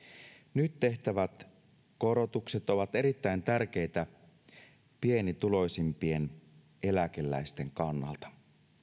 nyt tehtävät korotukset ovat erittäin tärkeitä pienituloisimpien eläkeläisten kannalta